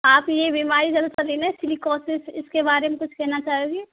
आप यह बीमारी इसके बारे में कुछ कहना चाहोंगे